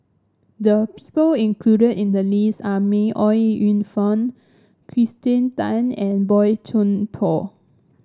the people included in the list are May Ooi Yu Fen Kirsten Tan and Boey Chuan Poh